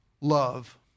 love